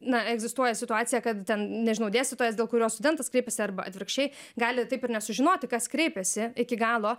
na egzistuoja situacija kad ten nežinau dėstytojas dėl kurio studentas kreipiasi arba atvirkščiai gali taip ir nesužinoti kas kreipėsi iki galo